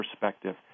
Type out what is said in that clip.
perspective